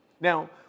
Now